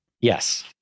Yes